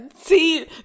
See